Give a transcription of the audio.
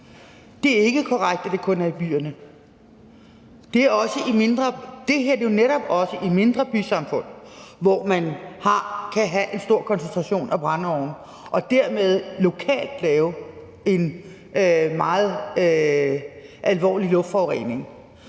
Det er ikke korrekt, at det kun er i byerne. Det her er netop også i mindre bysamfund, hvor man kan have en stor koncentration af brændeovne og dermed lokalt have en meget alvorlig luftforurening.